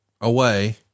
away